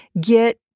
Get